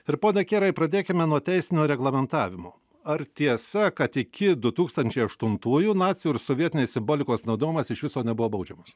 ir pone kierai pradėkime nuo teisinio reglamentavimo ar tiesa kad iki du tūkstančiai aštuntųjų nacių ir sovietinės simbolikos naudojimas iš viso nebuvo baudžiamas